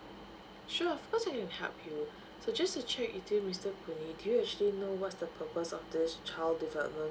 sure of course I can help you so just to check with you mister puh nee do you actually know what's the purpose of this child development